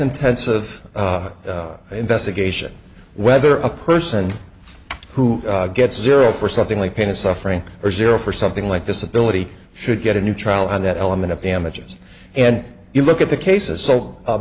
intensive investigation whether a person who gets zero for something like pain and suffering or zero for something like this ability should get a new trial on that element of damages and you look at the cases so